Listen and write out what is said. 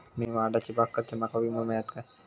मी माडाची बाग करतंय माका विमो मिळात काय?